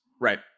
Right